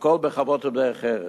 הכול בכבוד ובדרך ארץ.